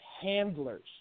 handlers